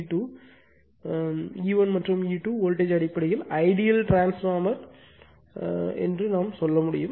E1 மற்றும் E2 voltage அடிப்படையில் ideal transformer என்று சொல்ல முடியும்